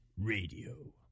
Radio